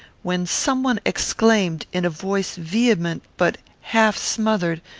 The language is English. when some one exclaimed, in a voice vehement but half-smothered,